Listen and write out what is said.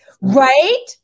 Right